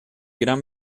gran